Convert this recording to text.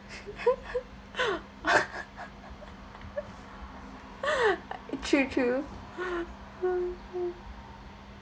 true true